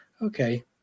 okay